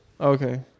Okay